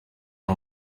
ari